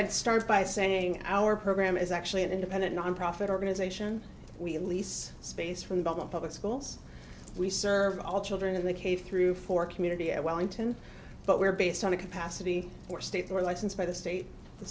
i'd start by saying our program is actually an independent nonprofit organization we lease space from about the public schools we serve all children in the case through for community at wellington but we're based on a capacity for states are licensed by the state the